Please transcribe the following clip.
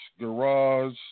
garage